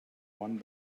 one